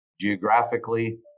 geographically